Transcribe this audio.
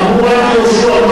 אמרו רק ליהושע,